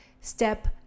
step